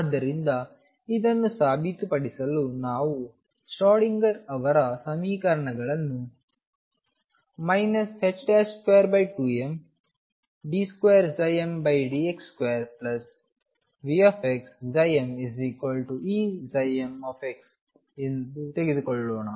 ಆದ್ದರಿಂದ ಇದನ್ನು ಸಾಬೀತುಪಡಿಸಲು ನಾವು ಶ್ರೊಡಿಂಗರ್Schrödinger ಅವರ ಸಮೀಕರಣಗಳನ್ನು 22md2mdx2VxmEm ತೆಗೆದುಕೊಳ್ಳೋಣ